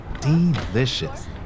delicious